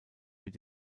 mit